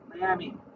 Miami